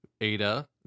ada